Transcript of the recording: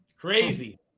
Crazy